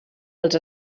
als